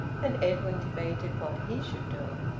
and edwin debated what he should do.